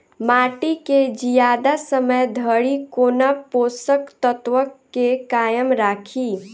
माटि केँ जियादा समय धरि कोना पोसक तत्वक केँ कायम राखि?